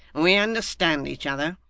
we understand each other.